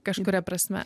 kažkuria prasme